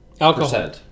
alcohol